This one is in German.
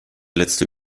letzte